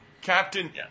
Captain